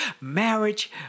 Marriage